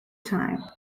time